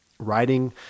Writing